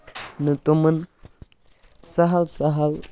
نہٕ تِمَن سَہل سَہل